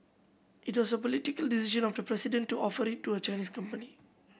it was a political decision of the president to offer it to a Chinese company